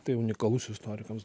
tai unikalus istorikams